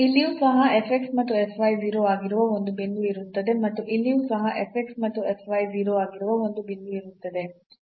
ಇಲ್ಲಿಯೂ ಸಹ ಮತ್ತು 0 ಆಗಿರುವ ಒಂದು ಬಿಂದು ಇರುತ್ತದೆ ಮತ್ತು ಇಲ್ಲಿಯೂ ಸಹ ಮತ್ತು 0 ಆಗಿರುವ ಒಂದು ಬಿಂದು ಇರುತ್ತದೆ